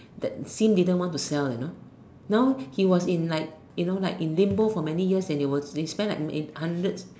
that Sim didn't know to sell you know now he was in like you know like in limbo in many years and they spent like hundreds